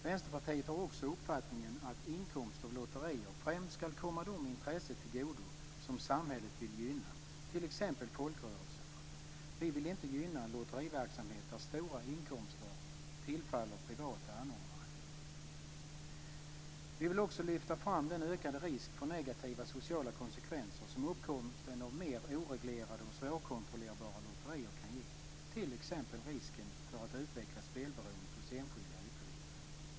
Vänsterpartiet har också uppfattningen att inkomster av lotterier främst skall komma de intressen till godo som samhället vill gynna, t.ex. folkrörelserna. Vi vill inte gynna en lotteriverksamhet där stora inkomster tillfaller privata anordnare. Vi vill också lyfta fram den ökade risk för negativa sociala konsekvenser som uppkomsten av mer oreglerade och svårkontrollerbara lotterier kan ge, t.ex. risken för att utveckla spelberoende hos enskilda ytterligare.